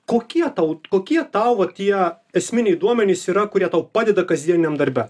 kokie tau kokie tau va tie esminiai duomenys yra kurie tau padeda kasdieniniam darbe